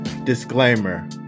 disclaimer